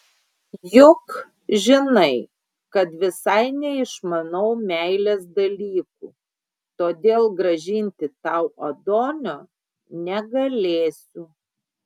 juk žinai kad visai neišmanau meilės dalykų todėl grąžinti tau adonio negalėsiu